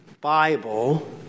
Bible